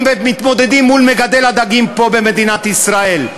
ומתמודדים מול מגדל הדגים פה במדינת ישראל,